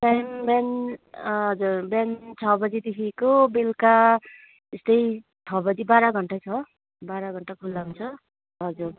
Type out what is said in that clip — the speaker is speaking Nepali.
बिहान बिहान हजुर बिहान छ बजीदेखिको बेलुका यस्तै छ बजी बाह्र घन्टा छ बाह्र घन्टा खुला हुन्छ हजुर